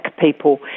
people